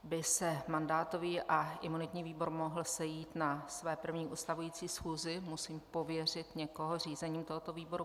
Aby se mandátový a imunitní výbor mohl sejít na své první ustavující schůzi, musím pověřit někoho řízením tohoto výboru.